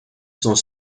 sont